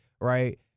right